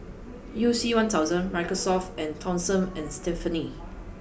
U C one thousand Microsoft and Tom same and Stephanie